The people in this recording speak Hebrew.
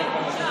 בושה.